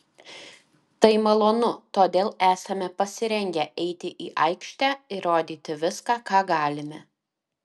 tai malonu todėl esame pasirengę eiti į aikštę ir rodyti viską ką galime